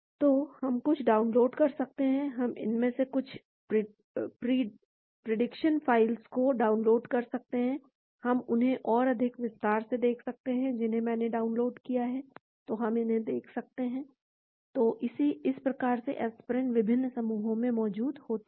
तो हम कुछ डाउनलोड कर सकते हैं हम इनमें से कुछ प्रीडिक्शन फ़ाइलों को डाउनलोड कर सकते हैं हम उन्हें और अधिक विस्तार से देख सकते हैं जिन्हें मैंने डाउनलोड किया है तो हम इसे देख सकते हैं तो इस प्रकार से एस्पिरिन विभिन्न समूहों में मौजूद होती है